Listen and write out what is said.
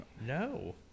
No